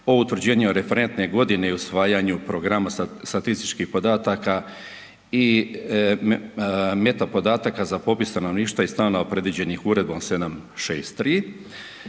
o utvrđivanju referentne godine i usvajanju programa statističkih podataka i meta-podataka za popis stanovništva i stanova predviđenih Uredbom 763.